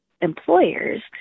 employers